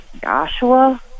Joshua